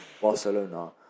Barcelona